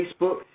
Facebook